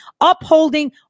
upholding